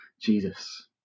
jesus